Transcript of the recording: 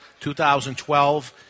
2012